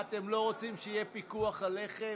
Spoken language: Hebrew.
מה, אתם לא רוצים שיהיה פיקוח על לחם?